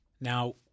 now